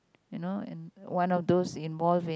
you know and one of those involve in